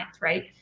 right